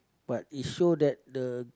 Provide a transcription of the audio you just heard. but it show that the